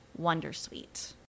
wondersuite